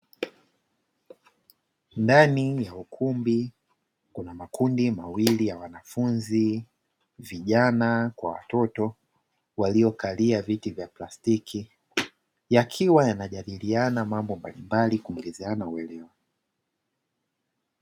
Ndani ya ukumbi kuna makundi mawili ya wanafunzi, vijana kwa watoto waliokalia viti vya plastiki, yakiwa yanajadilina mambo mbalimbali kuongezeana uelewa.